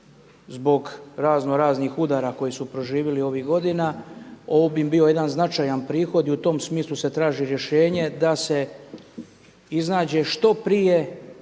zbog raznoraznih udara koje su proživjeli ovih godina, ovo bi im bio jedan značajan prihod i u tom smislu se traži rješenje da se iznađe što prije,